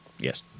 Yes